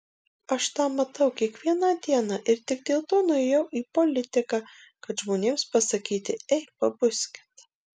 aš tą matau kiekvieną dieną ir tik dėl to nuėjau į politiką kad žmonėms pasakyti ei pabuskit